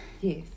Yes